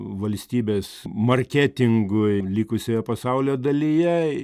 valstybės marketingui likusioje pasaulio dalyje